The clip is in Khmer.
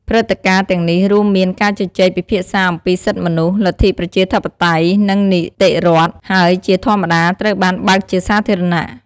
ព្រឹត្តិការណ៍ទាំងនេះរួមមានការជជែកពិភាក្សាអំពីសិទ្ធិមនុស្ស លទ្ធិប្រជាធិបតេយ្យ និងនីតិរដ្ឋ ហើយជាធម្មតាត្រូវបានបើកជាសាធារណៈ។